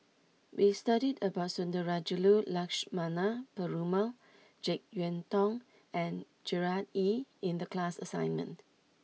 we studied about Sundarajulu Lakshmana Perumal Jek Yeun Thong and Gerard Ee in the class assignment